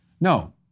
No